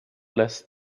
less